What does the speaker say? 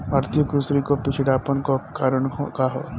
भारतीय कृषि क पिछड़ापन क कारण का ह?